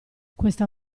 questa